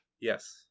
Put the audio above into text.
yes